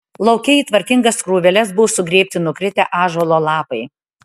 lauke į tvarkingas krūveles buvo sugrėbti nukritę ąžuolo lapai